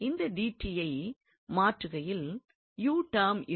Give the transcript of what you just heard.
இந்த ஐ மாற்றுகையில் டெர்ம் இருக்கும்